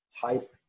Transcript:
type